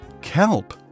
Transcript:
Kelp